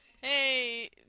hey